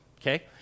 Okay